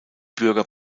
bürger